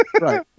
Right